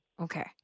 Okay